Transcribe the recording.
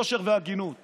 יושר והגינות בבסיס.